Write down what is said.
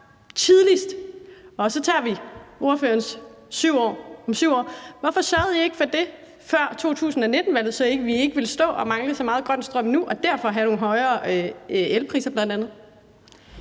virke, er først klar tidligst om 7 år. Hvorfor sørgede I ikke for det før 2019-valget, så vi ikke ville stå og mangle så meget grøn strøm nu og derfor have højere elpriser bl.a.?